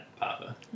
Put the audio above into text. Papa